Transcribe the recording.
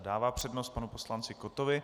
Dává přednost panu poslanci Kottovi.